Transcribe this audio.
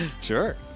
sure